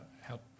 help